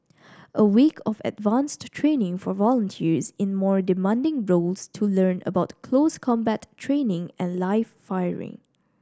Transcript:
a week of advanced training for volunteers in more demanding roles to learn about close combat training and live firing